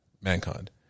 Mankind